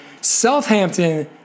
Southampton